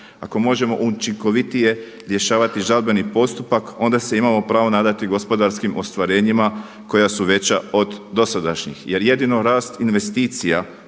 ako možemo učinkovitije rješavati žalbeni postupak onda se imamo pravo nadati gospodarskim ostvarenjima koja su veća od dosadašnjih. Jer jedino rast investicija